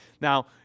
Now